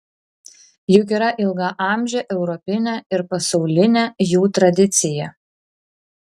juk yra ilgaamžė europinė ir pasaulinė jų tradicija